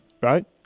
right